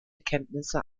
kenntnisse